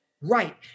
Right